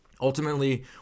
ultimately